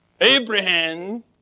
Abraham